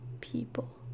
people